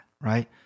right